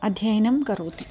अध्ययनं करोति